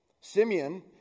Simeon